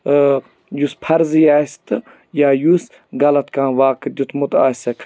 یُس فرضی آسہِ تہٕ یا یُس غلط کانٛہہ واقعہٕ دیُتمُت آسیکھ